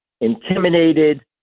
intimidated